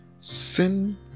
Sin